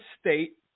state